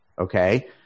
Okay